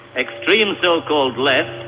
extreme so-called left,